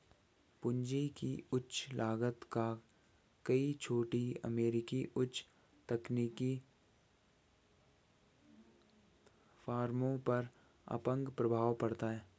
पूंजी की उच्च लागत का कई छोटी अमेरिकी उच्च तकनीकी फर्मों पर अपंग प्रभाव पड़ता है